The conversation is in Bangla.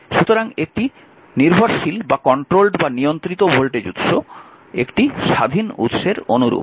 সুতরাং একটি নির্ভরশীল বা নিয়ন্ত্রিত ভোল্টেজ উৎস একটি স্বাধীন উৎসের অনুরূপ